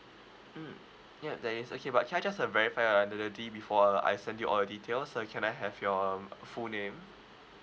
mm ya there is okay but can I just uh verify your identity before uh I send you all the details so I can I have your um full name